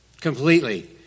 completely